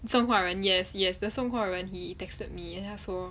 送货人 yes yes the 送货人 he texted me then 他说